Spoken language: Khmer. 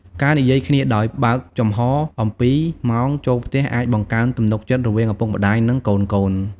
ការនិយាយគ្នាដោយបើកចំហអំពីម៉ោងចូលផ្ទះអាចបង្កើនទំនុកចិត្តរវាងឪពុកម្តាយ និងកូនៗ។